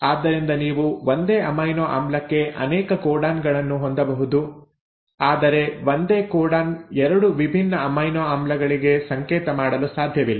ಆದ್ದರಿಂದ ನೀವು ಒಂದೇ ಅಮೈನೊ ಆಮ್ಲಕ್ಕೆ ಅನೇಕ ಕೋಡಾನ್ ಗಳನ್ನು ಹೊಂದಬಹುದು ಆದರೆ ಒಂದೇ ಕೋಡಾನ್ ಎರಡು ವಿಭಿನ್ನ ಅಮೈನೋ ಆಮ್ಲಗಳಿಗೆ ಸಂಕೇತ ಮಾಡಲು ಸಾಧ್ಯವಿಲ್ಲ